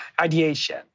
ideation